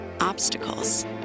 obstacles